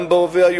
גם בהווה,